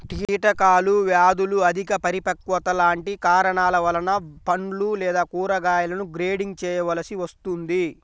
కీటకాలు, వ్యాధులు, అధిక పరిపక్వత లాంటి కారణాల వలన పండ్లు లేదా కూరగాయలను గ్రేడింగ్ చేయవలసి వస్తుంది